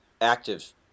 active